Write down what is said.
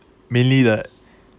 mainly that